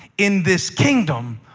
in this kingdom,